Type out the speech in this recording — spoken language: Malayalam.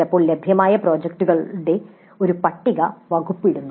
ചിലപ്പോൾ ലഭ്യമായ പ്രോജക്റ്റുകളുടെ ഒരു പട്ടിക വകുപ്പ് ഇടുന്നു